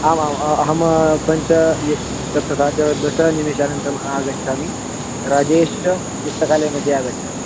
आमां अहं पञ्च यत् तत् तथा च दशनिमिषानन्तरम् आगच्छामि राजेशपुस्तकालयमध्ये आगच्छामि